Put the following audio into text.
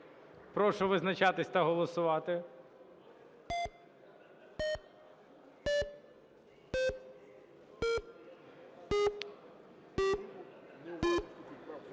прошу визначатися та голосувати.